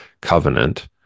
covenant